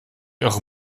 eure